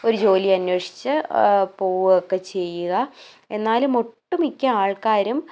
ഒരു ജോലി അന്വേഷിച്ച് പോകുക ഒക്കെ ചെയ്യുക എന്നാലും ഒട്ടു മിക്ക ആൾക്കാരും